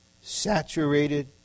saturated